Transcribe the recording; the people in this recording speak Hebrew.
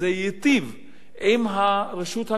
עם הרשות המקומית, עם היישוב,